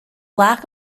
lack